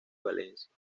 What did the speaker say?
valencia